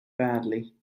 badly